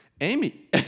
Amy